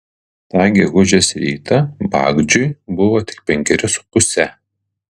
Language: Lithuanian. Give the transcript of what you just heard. tą gegužės rytą bagdžiui buvo tik penkeri su puse